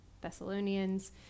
thessalonians